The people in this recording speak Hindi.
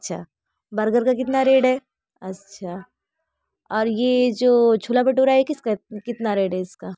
अच्छा बर्गर का कितना रेट है अच्छा और ये जो छोला भटोरा है ये किस का कितना रेट है इसका